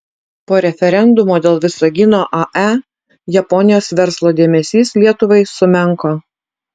po referendumo dėl visagino ae japonijos verslo dėmesys lietuvai sumenko